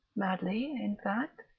madley, in fact.